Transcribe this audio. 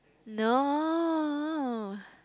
no